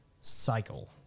cycle